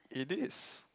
it is